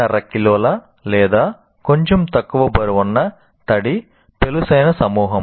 5 కిలోల లేదా కొంచెం తక్కువ బరువున్న తడి పెళుసైన సమూహం